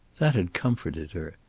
that had comforted her.